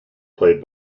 played